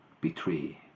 betray